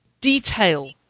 detail